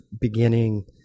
beginning